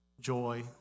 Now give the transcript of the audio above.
joy